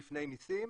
לפני מיסים,